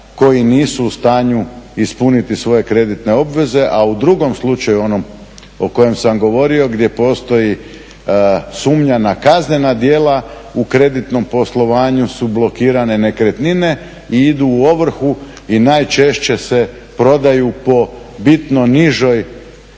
koji nisu u stanju ispuniti svoje kreditne obveze, a u drugom slučaju, onom o kojem sam govorio, gdje postoji sumnja na kaznena djela u kreditnom poslovanju su blokirane nekretnine i idu u ovrhu i najčešće se prodaju po bitno nižoj